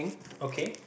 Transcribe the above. okay